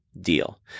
deal